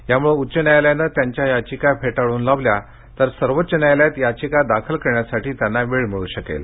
यामुळे उच्च न्यायालयानं त्यांच्या याचिका फेटाळून लावल्या तर सर्वोच्च न्यायालयात याचिका दाखल करण्यासाठी त्यांना वेळ मिळू शकेल